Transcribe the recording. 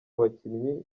bakinnyi